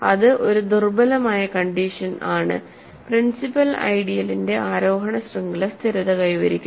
ഇത് ഒരു ദുർബലമായ കണ്ടീഷൻ ആണ് പ്രിൻസിപ്പൽ ഐഡിയലിന്റെ ആരോഹണ ശൃംഖല സ്ഥിരത കൈവരിക്കുന്നു